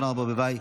אורנה ברביבאי,